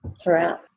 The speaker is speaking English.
throughout